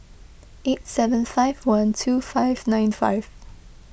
eight seven five one two five nine five